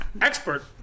expert